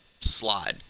slide